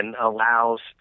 allows